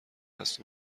هست